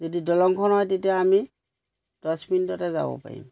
যদি দলংখন হয় তেতিয়া আমি দহ মিনিটতে যাব পাৰিম